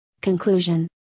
Conclusion